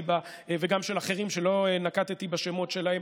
וגם של אחרים שלא נקבתי בשמות שלהם.